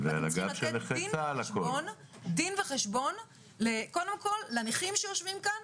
ואתם צריכים לתת דין וחשבון קודם כל לנכים שיושבים כאן,